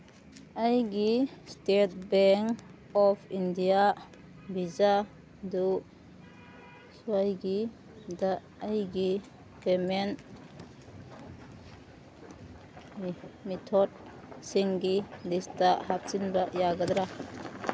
ꯑꯩꯒꯤ State Bank of India ꯕꯤꯖꯥꯗꯨ ꯁ꯭ꯋꯥꯏꯒꯤꯗ ꯑꯩꯒꯤ ꯄꯦꯃꯦꯟ ꯃꯦꯊꯣꯠꯁꯤꯡꯒꯤ ꯂꯤꯁꯇ ꯍꯥꯞꯆꯤꯟꯕ ꯌꯥꯒꯗ꯭ꯔꯥ